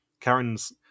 Karen's